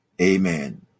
Amen